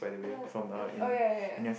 uh no oh ya ya ya